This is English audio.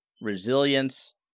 resilience